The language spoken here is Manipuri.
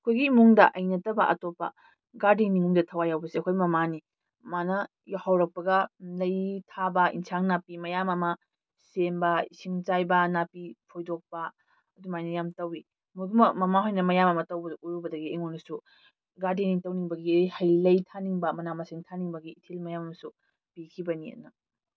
ꯑꯩꯈꯣꯏꯒꯤ ꯏꯃꯨꯡꯗ ꯑꯩ ꯅꯠꯇꯕ ꯑꯇꯣꯞꯄ ꯒꯥꯔꯗꯦꯅꯤꯡꯗ ꯊꯋꯥꯏ ꯌꯥꯎꯕꯁꯦ ꯑꯩꯈꯣꯏ ꯃꯃꯥꯅꯤ ꯃꯃꯥꯅ ꯌꯥꯍꯧꯔꯛꯄꯒ ꯂꯩ ꯊꯥꯕ ꯏꯟꯁꯥꯡ ꯅꯥꯄꯤ ꯃꯌꯥꯝ ꯑꯃ ꯁꯦꯝꯕ ꯏꯁꯤꯡ ꯆꯥꯏꯕ ꯅꯥꯄꯤ ꯐꯣꯏꯗꯣꯛꯄ ꯑꯗꯨꯃꯥꯏꯅ ꯌꯥꯝ ꯇꯧꯋꯤ ꯃꯃꯥꯍꯣꯏꯅ ꯃꯌꯥꯝ ꯑꯃ ꯇꯧꯕꯗꯨ ꯎꯔꯨꯕꯗꯒꯤ ꯑꯩꯉꯣꯟꯗꯁꯨ ꯒꯥꯔꯗꯦꯅꯤꯡ ꯇꯧꯅꯤꯡꯕꯒꯤ ꯍꯩ ꯂꯩ ꯊꯥꯅꯤꯡꯕ ꯃꯅꯥ ꯃꯁꯤꯡ ꯊꯥꯅꯤꯡꯕꯒꯤ ꯏꯊꯤꯜ ꯃꯌꯥꯝ ꯑꯃꯁꯨ ꯄꯤꯈꯤꯕꯅꯤ ꯑꯅ